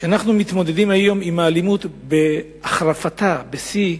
אנחנו מתמודדים היום עם האלימות בהחרפתה, בשיא.